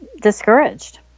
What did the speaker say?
discouraged